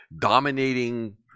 dominating